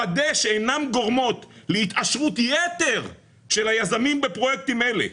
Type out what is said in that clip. לוודא שאינם גורמות להתעשרות יתר של היזמים בפרויקטים אלה,